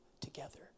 together